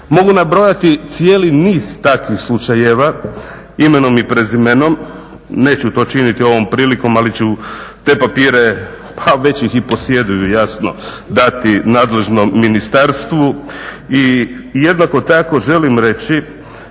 Mogu nabrojati cijeli niz takvih slučajeva, imenom i prezimenom, neću to činiti ovom prilikom, ali ću te papire, pa već ih i posjeduju jasno, dati nadležnom ministarstvu i jednako tako želim reći